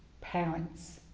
parents